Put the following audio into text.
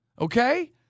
Okay